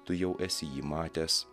tu jau esi jį matęs